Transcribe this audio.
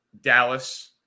dallas